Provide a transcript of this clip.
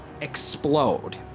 explode